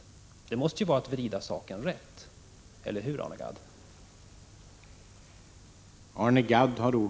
En sådan hantering skulle innebära att man vrider det hela rätt, eller hur Arne Gadd?